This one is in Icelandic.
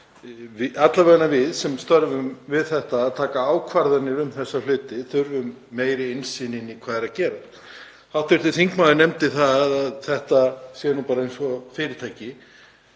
alla vega við sem störfum við það að taka ákvarðanir um þessa hluti þurfum meiri innsýn í hvað er verið að gera. Hv. þingmaður nefndi að þetta sé bara eins og fyrirtæki.